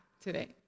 today